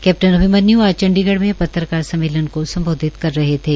captain Abhimanyu ने आज चंडीगढ़ में पत्रकार सम्मेलन को सम्बोधित कर रहे थे